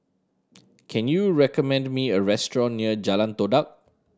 can you recommend me a restaurant near Jalan Todak